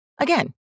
Again